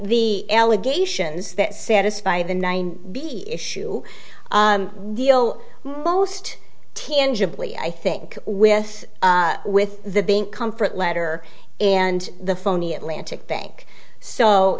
the allegations that satisfy the nine b issue deal most tangibly i think with with the bank comfort letter and the phony atlantic bank so